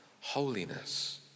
Holiness